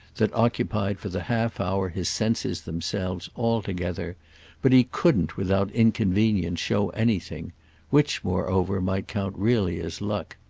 that occupied for the half-hour his senses themselves all together but he couldn't without inconvenience show anything which moreover might count really as luck.